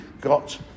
got